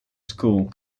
school